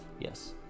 yes